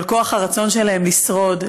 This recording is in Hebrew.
אבל כוח הרצון שלהם לשרוד,